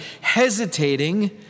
hesitating